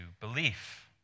belief